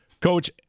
Coach